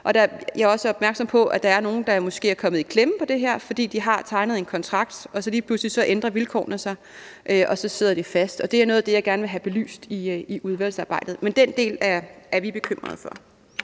Jeg er også opmærksom på, at der måske er nogle, der er kommet i klemme på grund af det, fordi de har tegnet en kontrakt og vilkårene så lige pludselig ændrer sig, og så sidder de fast. Det er noget af det, jeg gerne vil have belyst i udvalgsarbejdet, men den del er vi bekymrede for.